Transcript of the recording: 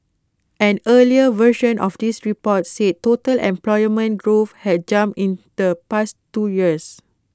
an earlier version of this report said total employment growth had jumped in the past two years